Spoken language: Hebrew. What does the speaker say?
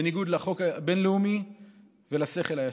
בניגוד לחוק הבין-לאומי ולשכל הישר.